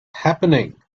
happening